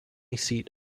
seat